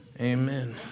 Amen